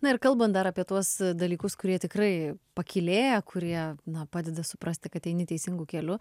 na ir kalbant dar apie tuos dalykus kurie tikrai pakylėja kurie na padeda suprasti kad eini teisingu keliu